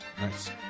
Nice